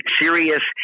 serious